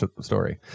story